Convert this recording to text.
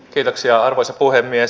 kiitoksia arvoisa puhemies